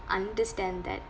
understand that